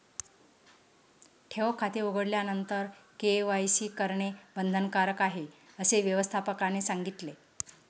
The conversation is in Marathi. ठेव खाते उघडल्यानंतर के.वाय.सी करणे बंधनकारक आहे, असे व्यवस्थापकाने सांगितले